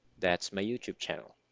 that's my youtube channel